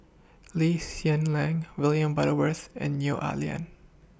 Lee Hsien Lam William Butterworth and Neo Ah Lian